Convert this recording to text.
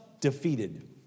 defeated